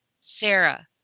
Sarah